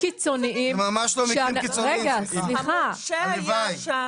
המורשה היה שם,